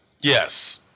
Yes